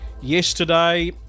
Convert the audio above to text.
yesterday